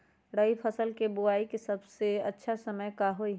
रबी फसल के बुआई के सबसे अच्छा समय का हई?